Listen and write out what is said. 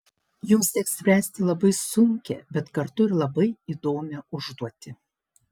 jums teks spręsti labai sunkią bet kartu ir labai įdomią užduotį